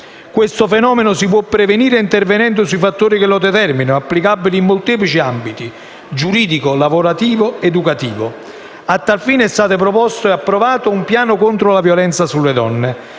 Questo fenomeno si può prevenire, intervenendo sui fattori che lo determinano, applicabili in molteplici ambiti: giuridico, lavorativo ed educativo. A tal fine è stato proposto e approvato un piano contro la violenza sulle donne.